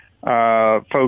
folks